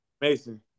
Mason